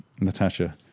Natasha